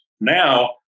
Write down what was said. Now